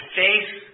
faith